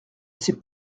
sais